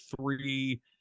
three